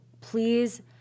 please